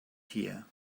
here